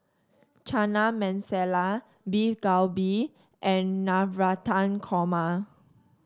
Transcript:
Chana Masala Beef Galbi and Navratan Korma